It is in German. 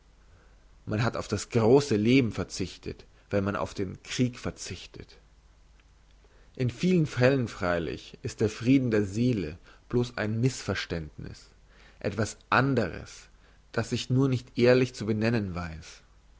man hat auf das grosse leben verzichtet wenn man auf den krieg verzichtet in vielen fällen freilich ist der frieden der seele bloss ein missverständniss etwas anderes das sich nur nicht ehrlicher zu benennen weiss